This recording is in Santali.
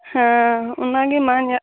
ᱦᱮᱸ ᱚᱱᱟᱜᱮ ᱢᱟᱧ ᱦᱟᱸᱜ